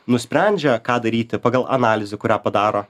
nusprendžia ką daryti pagal analizę kurią padaro